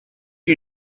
you